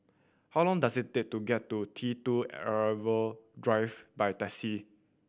how long does it take to get to T Two Arrival Drive by taxi